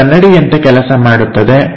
ಇದು ಕನ್ನಡಿಯಂತೆ ಕೆಲಸ ಮಾಡುತ್ತದೆ